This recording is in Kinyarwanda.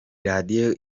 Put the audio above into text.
radiyo